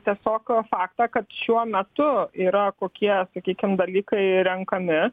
tiesiog faktą kad šiuo metu yra kokie sakykim dalykai renkami